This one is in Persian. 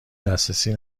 دسترسی